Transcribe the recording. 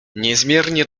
niezmiernie